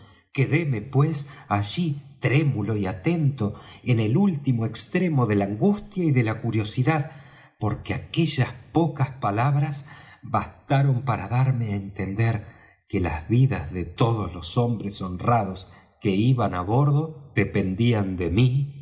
mundo quedéme pues allí trémulo y atento en el último extremo de la angustia y de la curiosidad porque aquellas pocas palabras bastaron para darme á entender que las vidas de todos los hombres honrados que iban á bordo dependían de mí